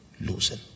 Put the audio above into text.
losing